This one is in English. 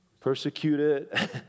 Persecuted